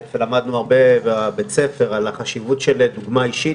למדנו הרבה בבית הספר על החשיבות של דוגמה אישית.